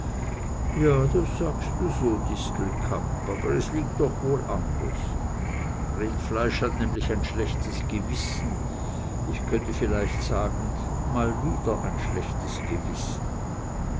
ja das sagst du so distelkamp aber es liegt doch wohl anders rindfleisch hat nämlich ein schlechtes gewissen ich könnte vielleicht sagen mal wieder ein schlechtes gewissen